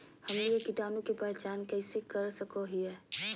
हमनी कीटाणु के पहचान कइसे कर सको हीयइ?